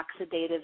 oxidative